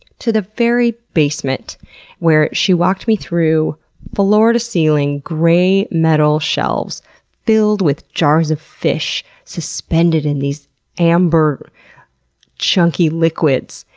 to the very basement where she walked me through floor to ceiling grey metal shelves filled with jars of fish suspended in these amber chunky liquids,